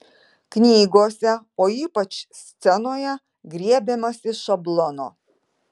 knygose o ypač scenoje griebiamasi šablono